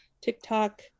TikTok